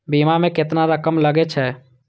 बीमा में केतना रकम लगे छै?